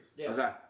Okay